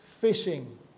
fishing